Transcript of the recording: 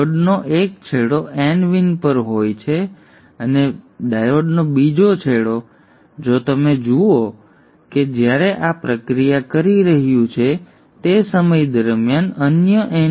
ડાયોડનો એક છેડો nVin પર હોય છે અને ડાયોડનો બીજો છેડો અહીં જો તમે જુઓ કે જ્યારે આ પ્રક્રિયા કરી રહ્યું છે તે સમય દરમિયાન અન્ય nVin હોય છે